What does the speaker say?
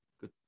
Good